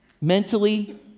Mentally